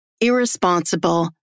irresponsible